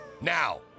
Now